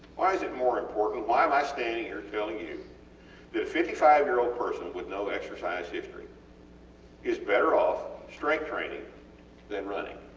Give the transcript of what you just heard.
why is it more important? why am i standing here telling you that a fifty five year old person with no exercise history is better off strength training than running?